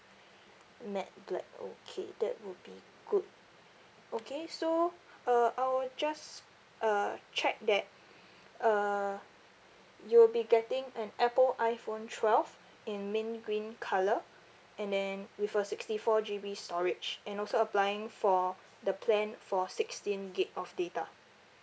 matte black okay that will be good okay so uh I will just uh check that uh you will be getting an apple iphone twelve in mint green colour and then with a sixty four G_B storage and also applying for the plan for sixteen gig of data